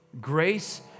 Grace